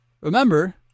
Remember